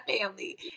family